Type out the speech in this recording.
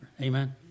Amen